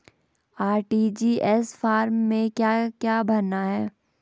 RTGS form में क्या क्या भरना है?